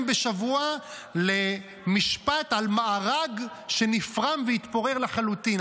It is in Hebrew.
בשבוע למשפט על מארג שנפרם והתפורר לחלוטין,